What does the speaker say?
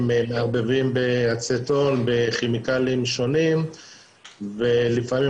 הם מערבבים באצטון ובכימיקלים שונים ולפעמים